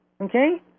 Okay